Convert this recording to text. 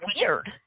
weird